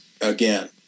again